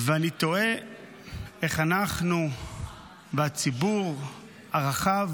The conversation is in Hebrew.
אני תוהה איך אנחנו והציבור הרחב